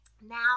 Now